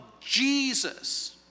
Jesus